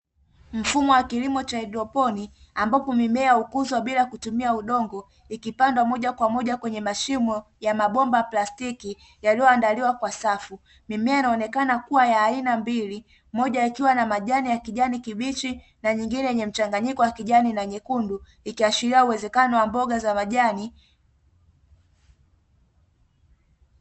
Mfumo wa kilimo cha haidroponi, ambapo mimea hukuzwa bila kutumia udogo ikipandwa moja kwa moja kwenye mashimo yana bomba plastiki yaliyoandaliwa kwa safu . Mimea inaonekana kuwa ya aina mbili moja ikiwa na majani kibichi na nyingine yenye mchanganyiko wa kijani na nyekundu ikiaashiria uwezekano wa mboga za majani.